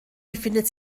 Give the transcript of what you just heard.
befindet